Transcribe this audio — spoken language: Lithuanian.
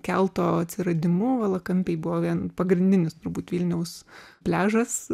kelto atsiradimu valakampiai buvo vien pagrindinis turbūt vilniaus pliažas